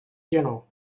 general